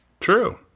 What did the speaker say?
True